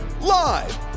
Live